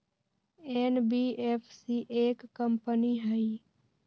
NBFC एक company हई?